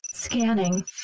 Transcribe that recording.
scanning